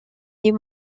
des